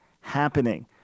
happening